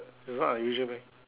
is not unusual meh